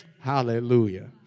Hallelujah